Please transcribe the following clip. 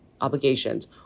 Obligations